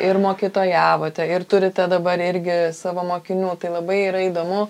ir mokytojavote ir turite dabar irgi savo mokinių tai labai yra įdomu